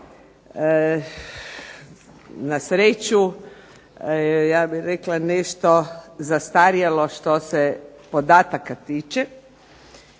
Na sreću ja bih rekla nešto zastarjelo što se podataka tiče.